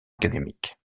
académique